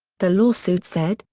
the lawsuit said,